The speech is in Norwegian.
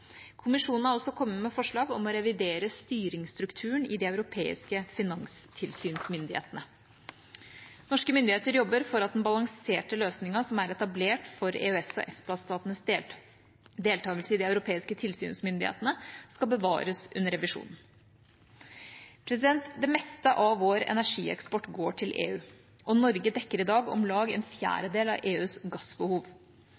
Kommisjonen har også kommet med forslag om å revidere styringsstrukturen i de europeiske finanstilsynsmyndighetene. Norske myndigheter jobber for at den balanserte løsningen som er etablert for EØS/EFTA-statenes deltakelse i de europeiske tilsynsmyndighetene, skal bevares under revisjonen. Det meste av vår energieksport går til EU, og Norge dekker i dag om lag en